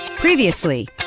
Previously